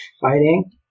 fighting